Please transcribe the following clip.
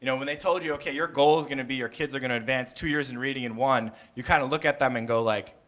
when they told you, okay, you're goal is going to be your kids are going to advance two years in reading in one, you kind of look at them and go, like,